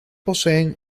poseen